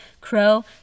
Crow